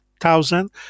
thousand